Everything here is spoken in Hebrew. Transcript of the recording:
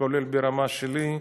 כולל ברמה שלי.